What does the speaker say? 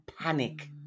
panic